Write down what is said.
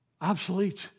obsolete